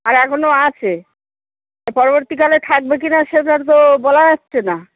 আর এখনও আছে আর পরবর্তীকালে থাকবে কি না সেটা তো বলা যাচ্ছে না